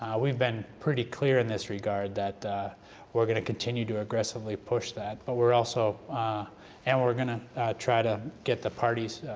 we've been pretty clear in this regard that we're going to continue to aggressively push that, but we're also and we're we're going to try to get the parties,